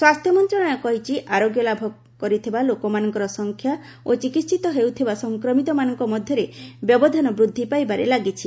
ସ୍ୱାସ୍ଥ୍ୟ ମନ୍ତ୍ରଣାଳୟ କହିଛି ଆରୋଗ୍ୟ ଲାଭ ଭରିଥିବା ଲୋକମାନଙ୍କ ସଂଖ୍ୟା ଓ ଚିକିହିତ ହେଉଥିବା ସଂକ୍ମିତମାନଙ୍କ ମଧ୍ୟରେ ବ୍ୟବଧାନ ବୃଦ୍ଧି ପାଇବାରେ ଲାଗିଛି